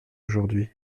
aujourd’hui